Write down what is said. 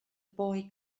boy